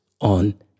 on